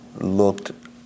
looked